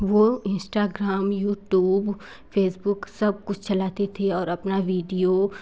वो Instagram YouTube Facebook सब कुछ चलाती थी और अपना वीडियो